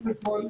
קודם כל,